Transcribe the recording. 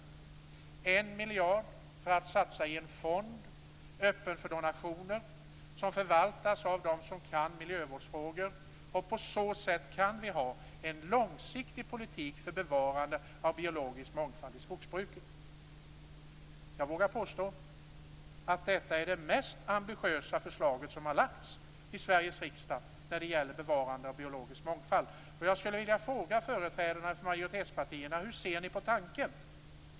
Satsa 1 miljard kronor på en fond öppen för donationer som förvaltas av dem som kan miljövårdsfrågor! På så sätt kan vi ha en långsiktig politik för bevarande av biologisk mångfald i skogsbruket. Jag vågar påstå att detta är det mest ambitiösa förslag som har lagts fram i Sveriges riksdag när det gäller bevarande av biologisk mångfald. Jag skulle vilja fråga företrädarna för majoritetspartierna: Hur ser ni på den tanken?